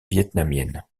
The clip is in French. vietnamienne